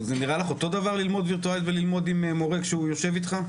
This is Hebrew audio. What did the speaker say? זה נראה לך אותו דבר ללמוד וירטואלית וללמוד עם מורה כשהוא יושב איתך?